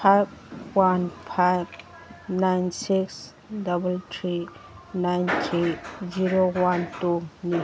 five one five nine six double three nine three zero one ꯇꯨꯅꯤ